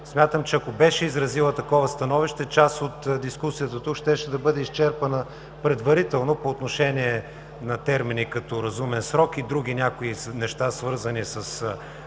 Смятам, че ако беше изразила такова становище, част от дискусията тук щеше да бъде изчерпана предварително по отношение на термини като „разумен срок“ и други някои неща, свързани с